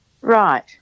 Right